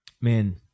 man